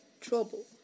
trouble